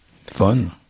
Fun